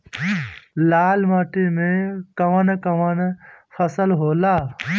लाल माटी मे कवन कवन फसल होला?